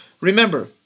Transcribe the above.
Remember